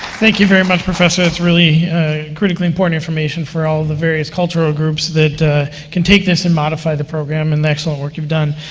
thank you very much, professor, that's really critically important information for all the various cultural groups that can take this and modify the program, and the excellent work you've done.